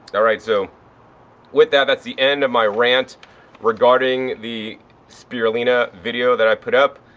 alright, so with that that's the end of my rant regarding the spirulina video that i put up.